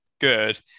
good